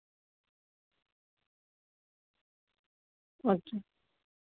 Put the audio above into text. अच्छा